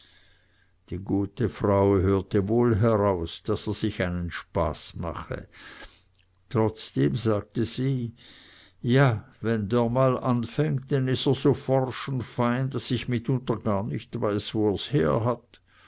die gute frau hörte wohl heraus daß er sich einen spaß mache trotzdem sagte sie ja wenn dörr mal anfängt denn is er so forsch und fein daß ich mitunter gar nicht weiß wo er's herhat